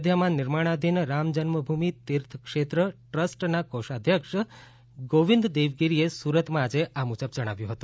અયોધ્યામાં નિર્માણાધીન રામ જન્મભૂમિ તીર્થ ક્ષેત્ર ટ્રસ્ટના કોષાધ્યક્ષ ગોવિંદ દેવગીરીએ સુરતમાં આજે આ મુજબ જણાવ્યું છે